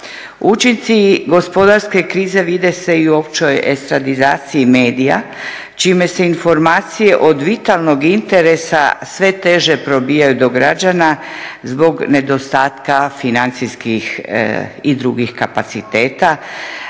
Učinci gospodarske krize vide se i u općoj estradizacji medija čime se informacije od vitalnog interesa sve teže probijaju građana zbog nedostatka financijskih i drugih kapaciteta,